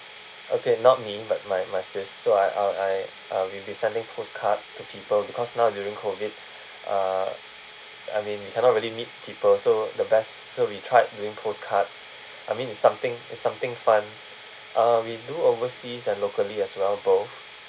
okay not me but my my sis so I I'll I will be sending postcards to people because now during COVID uh I mean you cannot really meet people so the best so we tried doing postcards I mean it's something it's something fun uh we do overseas and locally as well both